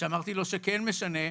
וכשאמרתי לו שכן משנה,